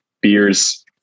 beers